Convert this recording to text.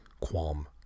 qualm